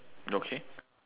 okay